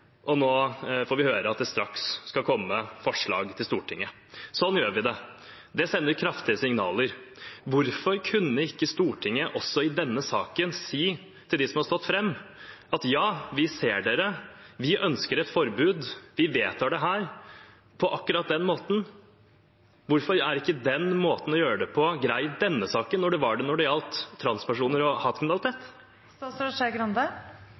og nå får vi høre at det straks skal komme forslag til Stortinget. Sånn gjør vi det. Det sender kraftige signaler. Hvorfor kunne ikke Stortinget også i denne saken si til dem som har stått fram, at ja, vi ser dere, vi ønsker et forbud, vi vedtar det her, på akkurat denne måten? Hvorfor er ikke den måten å gjøre det på, grei i denne saken når den var det når det gjaldt transpersoner og hatkriminalitet?